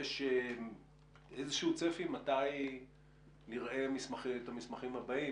יש איזשהו צפי מתי נראה את המסמכים הבאים,